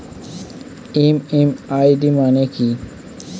MMID মানে কি?